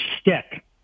stick